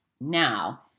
Now